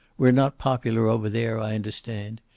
we're not popular over there, i understand.